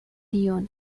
dion